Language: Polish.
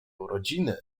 urodziny